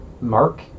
Mark